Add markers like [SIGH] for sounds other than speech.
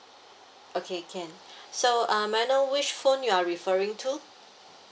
okay can [BREATH] so um may I know which phone you are referring to